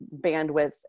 bandwidth